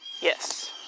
Yes